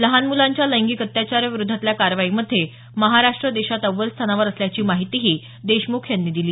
लहान मुलांच्या लैंगिक अत्याचाराविरोधातल्या कारवाईमध्ये महाराष्ट्र देशात अव्वल स्थानावर असल्याची माहितीही देशमुख यांनी दिली